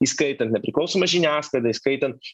įskaitant nepriklausomą žiniasklaidą įskaitant